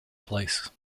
place